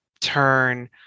turn